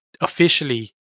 officially